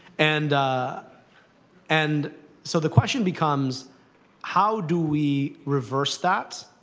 and and so the question becomes how do we reverse that?